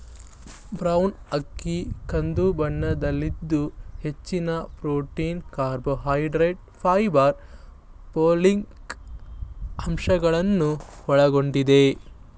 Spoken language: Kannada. ಬ್ರಾನ್ ಅಕ್ಕಿ ಕಂದು ಬಣ್ಣದಲ್ಲಿದ್ದು ಹೆಚ್ಚಿನ ಪ್ರೊಟೀನ್, ಕಾರ್ಬೋಹೈಡ್ರೇಟ್ಸ್, ಫೈಬರ್, ಪೋಲಿಕ್ ಆಮ್ಲಗಳನ್ನು ಒಳಗೊಂಡಿದೆ